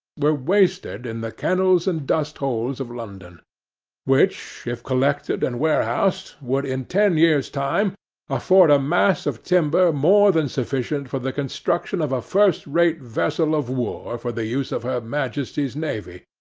were wasted in the kennels and dustholes of london which, if collected and warehoused, would in ten years' time afford a mass of timber more than sufficient for the construction of a first-rate vessel of war for the use of her majesty's navy,